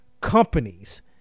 companies